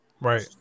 Right